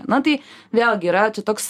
na tai vėlgi yra čia toks